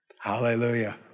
Hallelujah